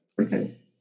Okay